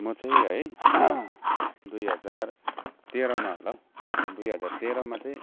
म चाहिँ है दुई हजार तेह्रमा होला हौ दुई हजार तेह्रमा चाहिँ